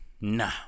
No